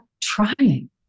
trying